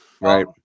right